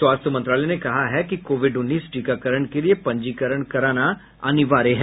स्वास्थ्य मंत्रालय ने कहा है कि कोविड उन्नीस टीकाकरण के लिए पंजीकरण कराना अनिवार्य है